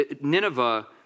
Nineveh